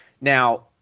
Now